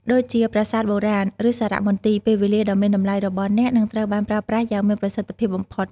ដូចជាប្រាសាទបុរាណ ឬសារមន្ទីរ ពេលវេលាដ៏មានតម្លៃរបស់អ្នកនឹងត្រូវបានប្រើប្រាស់យ៉ាងមានប្រសិទ្ធភាពបំផុត។